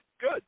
good